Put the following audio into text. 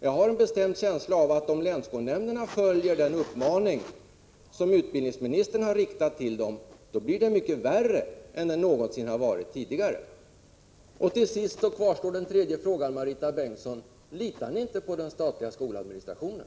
Jag har en bestämd känsla av att om länsskolnämnderna följer den uppmaning som utbildningsministern har riktat till dem blir det mycket värre än det någonsin har varit. Till sist kvarstår den tredje frågan, Marita Bengtsson: Litar ni inte på den statliga skoladministrationen?